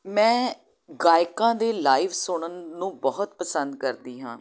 ਮੈਂ ਗਾਇਕਾਂ ਦੇ ਲਾਈਵ ਸੁਣਨ ਨੂੰ ਬਹੁਤ ਪਸੰਦ ਕਰਦੀ ਹਾਂ